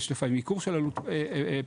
יש לפעמים ייקור של עלות פוליסה,